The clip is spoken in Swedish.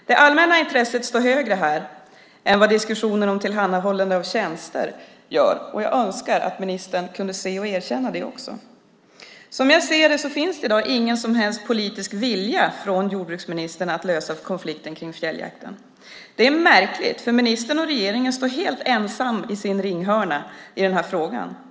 Det allmänna intresset står högre här än vad diskussionen om tillhandahållande av tjänster gör, och jag önskar att ministern också kunde se och erkänna det. Som jag ser det finns det i dag ingen som helst politisk vilja från jordbruksministern att lösa konflikten kring fjälljakten. Det är märkligt, för ministern och regeringen står helt ensamma i sin ringhörna i den här frågan.